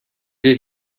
did